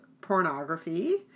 pornography